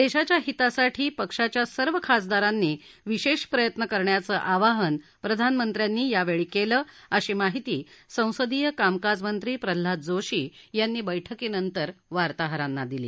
देशाच्या हितासाठी पक्षाच्या सर्व खासदारांनी वि शेष प्रयत्न करण्याचं आवाहन प्रधानमंत्र्यांनी यावेळी केलं अशी माहिती संसदीय कामकाज मंत्री प्रल्हाद जोशी यांनी बैठकीनंतर वार्ताहरांना दिली